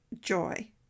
joy